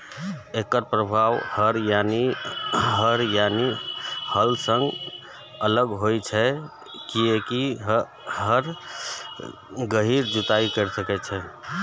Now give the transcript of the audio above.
एकर प्रभाव हर यानी हल सं अलग होइ छै, कियैकि हर गहींर जुताइ करै छै